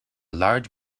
large